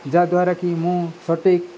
ଯାହା ଦ୍ୱାରାକି ମୁଁ ସଠିକ୍